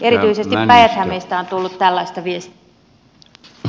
erityisesti päijät hämeestä on tullut tällaista viestiä